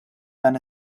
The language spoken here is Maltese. dan